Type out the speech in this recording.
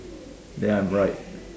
then I'm right